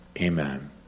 Amen